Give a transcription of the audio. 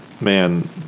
man